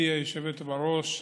התמודדות המשטרה עם בעלי מוגבלויות.